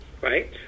right